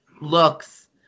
looks